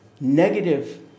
negative